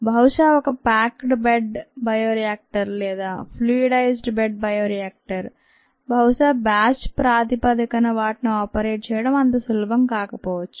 బహుశా ఒక packed bed bioreactor లేదా ఫ్లూయిడైజ్డ్ బెడ్ బయోరియాక్టర్ బహుశా బ్యాచ్ ప్రాతిపదికన వాటిని ఆపరేట్ చేయడం అంత సులభం కాకపోవచ్చు